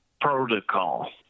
protocol